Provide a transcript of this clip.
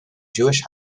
jewish